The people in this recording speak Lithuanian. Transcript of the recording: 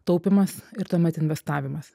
taupymas ir tuomet investavimas